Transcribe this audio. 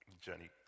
journey